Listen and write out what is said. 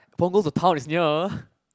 Punggol to town is near